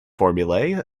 formulae